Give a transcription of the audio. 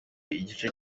igice